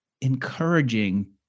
encouraging